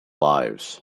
lives